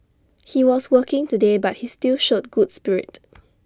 he was working today but he still showed good spirit